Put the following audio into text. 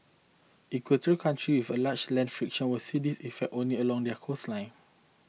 equatorial country with a large land fraction will see these effects only along their coastlines